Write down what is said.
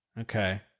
Okay